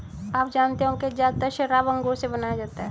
आप जानते होंगे ज़्यादातर शराब अंगूर से बनाया जाता है